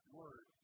word